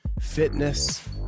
fitness